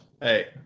Hey